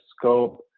scope